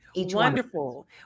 Wonderful